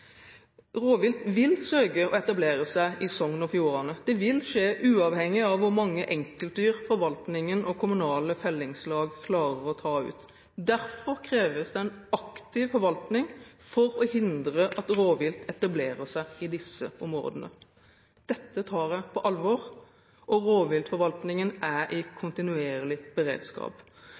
Rovvilt vil søke å etablere seg i Sogn og Fjordane. Det vil skje uavhengig av hvor mange enkeltdyr forvaltningen og kommunale fellingslag klarer å ta ut. Derfor kreves det en aktiv forvaltning for å hindre at rovvilt etablerer seg i disse områdene. Dette tar jeg på alvor, og rovviltforvaltningen er i kontinuerlig beredskap.